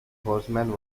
horseman